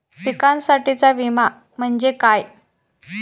पिकांसाठीचा विमा म्हणजे काय?